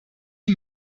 die